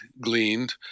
gleaned